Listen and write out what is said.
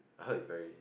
I heard it's very